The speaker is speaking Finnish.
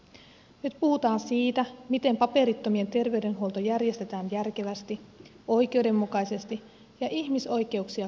nyt puhutaan siitä miten paperittomien terveydenhuolto järjestetään järkevästi oikeudenmukaisesti ja ihmisoikeuksia kunnioittaen